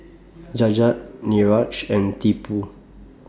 Jagat Niraj and Tipu